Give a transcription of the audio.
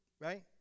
right